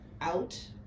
out